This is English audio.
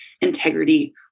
integrity